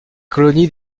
colonies